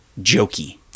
jokey